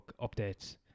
updates